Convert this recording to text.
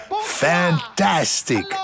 Fantastic